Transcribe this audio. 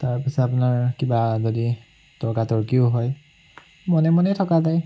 তাৰপিছত আপোনাৰ কিবা যদি তৰ্কা তৰ্কিও হয় মনে মনেই থকা যায়